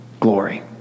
glory